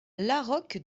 laroque